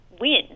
win